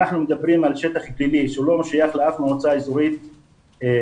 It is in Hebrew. אנחנו מדברים על שטח גלילי שהוא לא שייך לאף מועצה אזורית בנגב,